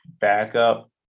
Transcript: backup